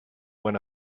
when